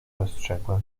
dostrzegłem